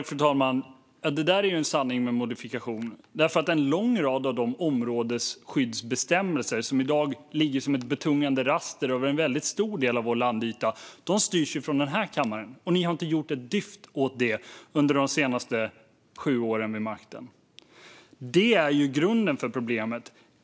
Fru talman! Det där är en sanning med modifikation. En lång rad av de områdesskyddsbestämmelser som i dag ligger som ett betungande raster över en väldigt stor del av vår landyta styrs från den här kammaren. Ni har inte gjort ett dyft åt det under de senaste sju åren vid makten. Det är grunden för problemet.